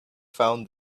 found